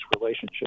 relationship